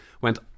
Went